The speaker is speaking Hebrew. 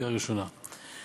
קריאה ראשונה.